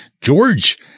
George